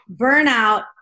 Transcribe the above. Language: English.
burnout